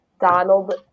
Donald